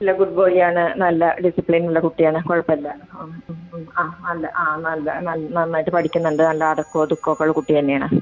നല്ല good boy ആണ് നല്ല ഡിസിപ്ലിൻ ഉള്ള കുട്ടിയാണ് കുഴപ്പമില്ല ഉം ഉം ആ ഒന്നും ആ നല്ല ആ നല്ല നന്നായിട്ട് പഠിക്കുന്നുണ്ട് നല്ല അടക്കം ഒതുക്കം ഒക്കെ ഉള്ള കുട്ടി തന്നെയാണ്